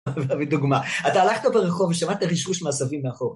דוגמה, אתה הלכת ברחוב ושמעת רישרוש מעשבים מאחור.